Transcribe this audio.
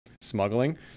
smuggling